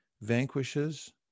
vanquishes